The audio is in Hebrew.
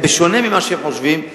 בשונה ממה שהם חושבים,